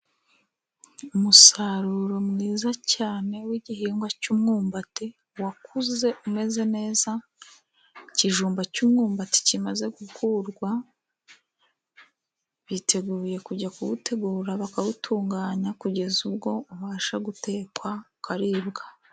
Umusaruro mwiza cyane w'igihingwa cy'umwumbati wakuze umeze neza. Ikijumba cy'umwumbati kimaze gukurwa biteguye kujya kuwutegura bakawutunganya kugeza ubwo ubasha gutekwa ukaribwa.